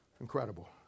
Incredible